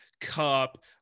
Cup